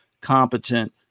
competent